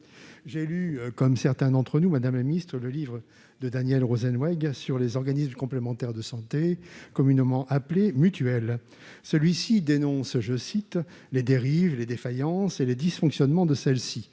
J'ai lu, comme certains d'entre nous, madame la ministre, le livre de Daniel Rosenweg sur les organismes de complémentaire santé, communément appelés mutuelles. L'auteur en dénonce les « dérives, les défaillances et les dysfonctionnements ».